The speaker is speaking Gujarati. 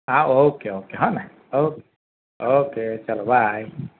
હા ઓકે ઓકે હા ને ઓકે ચાલો બાય